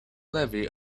levy